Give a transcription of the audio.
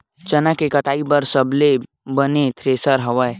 चना के कटाई बर सबले बने थ्रेसर हवय?